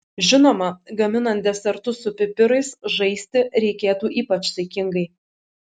žinoma gaminant desertus su pipirais žaisti reikėtų ypač saikingai